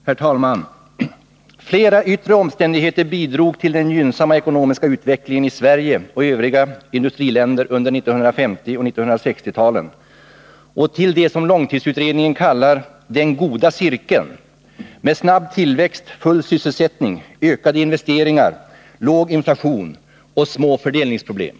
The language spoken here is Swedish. Herr talman! Flera yttre omständigheter bidrog till den gynnsamma ekonomiska utvecklingen i Sverige och i övriga industriländer under 1950 och 1960-talen och till det som långtidsutredningen kallar ”den goda cirkeln” med snabb tillväxt, full sysselsättning, ökade investeringar, låg inflation och små fördelningsproblem.